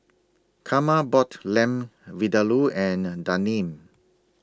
Carma bought Lamb Vindaloo and A Daneen